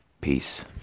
Peace